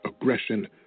aggression